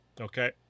okay